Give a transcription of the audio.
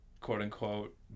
quote-unquote